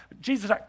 Jesus